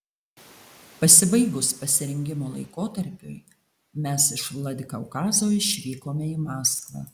pasibaigus pasirengimo laikotarpiui mes iš vladikaukazo išvykome į maskvą